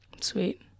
Sweet